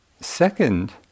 Second